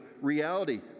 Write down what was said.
reality